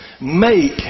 make